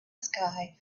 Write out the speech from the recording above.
sky